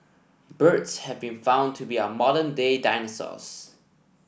birds have been found to be our modern day dinosaurs